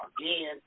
again